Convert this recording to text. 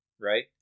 right